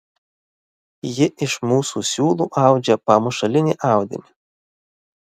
ji iš mūsų siūlų audžia pamušalinį audinį